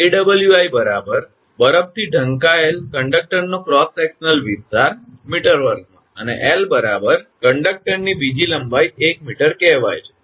𝐴𝑤𝑖 બરફથી ઢંકાયેલ કંડકટરનો ક્રોસ સેકશનલ વિસ્તાર મીટર વર્ગમાં અને 𝑙 કંડક્ટરની બીજી લંબાઈ 1 મીટર કહેવાય છે